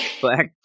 black